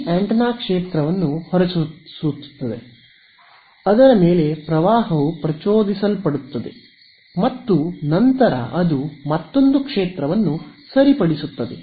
ಈ ಆಂಟೆನಾ ಕ್ಷೇತ್ರವನ್ನು ಹೊರಸೂಸುತ್ತದೆ ಅದರ ಮೇಲೆ ಪ್ರವಾಹವು ಪ್ರಚೋದಿಸಲ್ಪಡುತ್ತದೆ ಮತ್ತು ನಂತರ ಅದು ಮತ್ತೊಂದು ಕ್ಷೇತ್ರವನ್ನು ಸರಿಪಡಿಸುತ್ತದೆ